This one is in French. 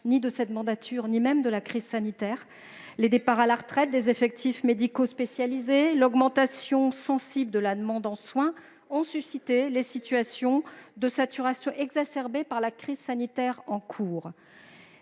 ni de cette mandature ni même de la crise sanitaire. Les départs à la retraite des effectifs médicaux spécialisés et l'augmentation sensible de la demande de soins ont suscité des situations de saturation, exacerbées par la crise sanitaire en cours.